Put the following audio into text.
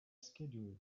schedule